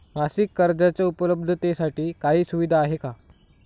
मासिक कर्जाच्या उपलब्धतेसाठी काही सुविधा आहे का?